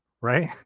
right